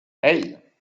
hey